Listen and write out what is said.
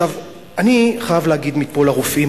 אני חייב להגיד מפה לרופאים,